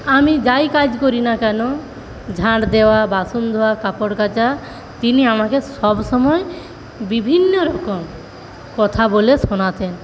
আমি যাই কাজ করি না কেন ঝাড় দেওয়া বাসন ধোয়া কাপড় কাচা তিনি আমাকে সবসময় বিভিন্নরকম কথা বলে শোনাতেন